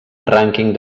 rànquing